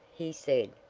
he said.